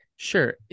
Sure